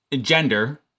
gender